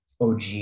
OG